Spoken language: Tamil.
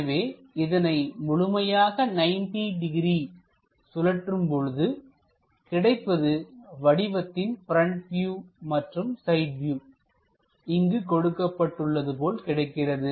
எனவே இதனை முழுமையாக 90 டிகிரி சுழற்றும் போது கிடைப்பது வடிவத்தின் ப்ரெண்ட் வியூ மற்றும் சைட் வியூ இங்கு கொடுக்கப்பட்டுள்ளது போல் கிடைக்கிறது